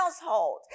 household